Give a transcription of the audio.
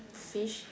fish